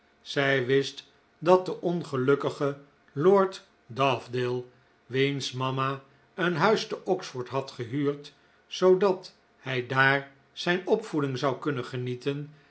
zij wist dat de ongelukkige lord dovedale wiens mama een huis te oxford had gehuurd zoodat hij daar zijn opvoeding zou kunnen genieten